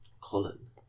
Colin